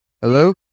Hello